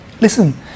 Listen